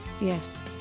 Yes